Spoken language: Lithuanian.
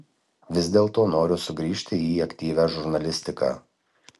vis dėlto noriu sugrįžti į aktyvią žurnalistiką